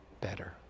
better